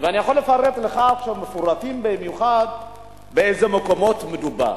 ואני יכול לפרט לך עכשיו באיזה מקומות מדובר.